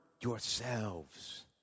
Yourselves